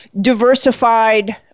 diversified